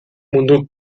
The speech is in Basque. mundu